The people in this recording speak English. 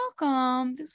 welcome